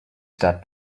that